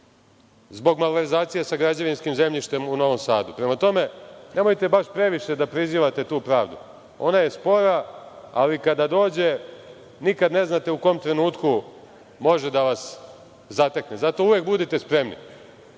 zbog malverzacija sa građevinskim zemljištem u Novom Sadu. Prema tome, nemojte baš previše da prizivate tu pravdu. Ona je spora, ali kada dođe nikad ne znate u kom trenutku može da vas zatekne. Zato uvek budite spremni.